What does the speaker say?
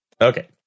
Okay